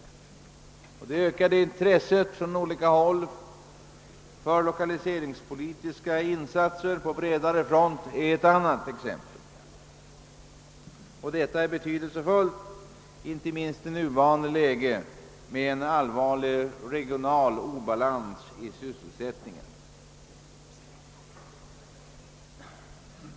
Det ökade intresset från olika håll för 1okaliseringspolitiska insatser på bredare front är ett annat exempel. Det är betydelsefullt, inte minst i nuvarande läge med en allvarlig regional obalans i sysselsättningen.